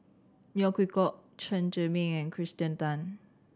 Neo Chwee Kok Chen Zhiming and Kirsten Tan